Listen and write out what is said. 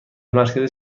مرکز